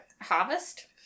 harvest